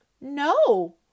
No